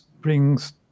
brings